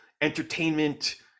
entertainment